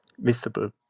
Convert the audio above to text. visible